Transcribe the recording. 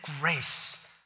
grace